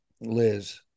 Liz